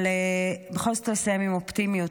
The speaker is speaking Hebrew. אבל בכל זאת לסיים עם אופטימיות,